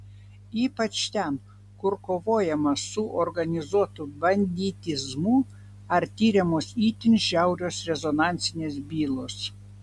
ypač ten kur kovojama su organizuotu banditizmu ar tiriamos itin žiaurios rezonansinės bylos